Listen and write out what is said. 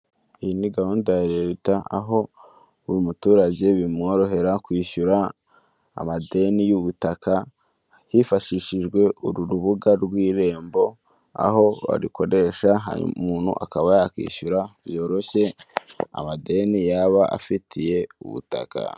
Iyi ni gahunda ya Leta aho umuturage bimworohera kwishyura amadeni y'ubutaka, hifashishijwe uru urubuga rw'irembo, aho barukoresha hanyuma umuntu akaba yakishyura byoroshye amadeni yaba afitiye ubutaka.